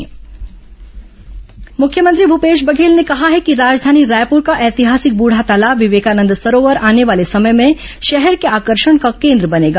बुढातालाब सौंदर्यी करण मुख्यमंत्री भूपेश बधेल ने कहा है कि राजधानी रायपुर का ऐतिहासिक बूढ़ातालाब विवेकानंद सरोवर आने वाले समय में शहर के आकर्षण का केन्द्र बनेगा